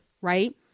Right